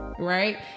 right